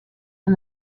and